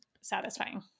satisfying